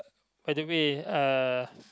by the way uh